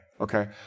okay